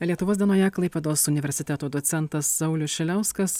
lietuvos dienoje klaipėdos universiteto docentas saulius šiliauskas